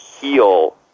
heal